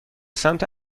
سمت